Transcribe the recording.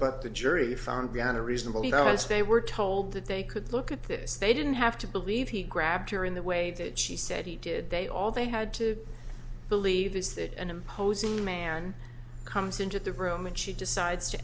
but the jury found beyond a reasonable doubt as they were told that they could look at this they didn't have to believe he grabbed her in the way that she said he did they all they had to believe is that an imposing man comes into the room and she decides to